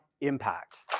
impact